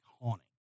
haunting